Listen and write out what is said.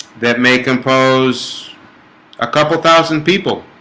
that may compose a couple thousand people